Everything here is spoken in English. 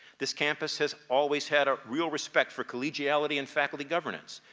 this campus has always had a real respect for collegiality and faculty governance,